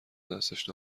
دستش